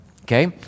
okay